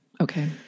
okay